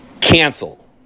cancel